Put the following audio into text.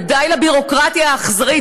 ודי לביורוקרטיה האכזרית.